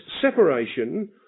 separation